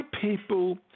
people